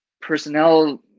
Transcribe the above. personnel